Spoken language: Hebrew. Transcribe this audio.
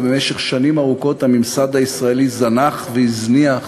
ובמשך שנים ארוכות הממסד הישראלי זנח והזניח